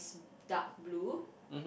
dark blue